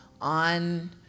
on